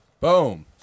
Boom